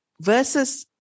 versus